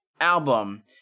album